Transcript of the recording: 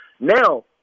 Now –